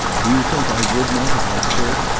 do you think i would not if i could?